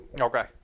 Okay